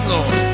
Lord